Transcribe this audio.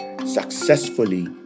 successfully